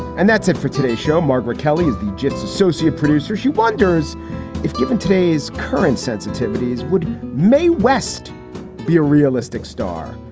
and that's it for today's show, margaret kelly is the jet's associate producer. she wonders if, given today's current sensitivities, would mae west be a realistic star?